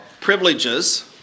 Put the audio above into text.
privileges